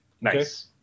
Nice